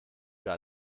gar